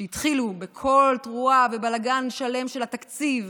שהתחילו בקול תרועה ובלגן שלם, של התקציב,